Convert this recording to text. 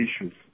issues